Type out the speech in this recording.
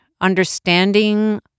understanding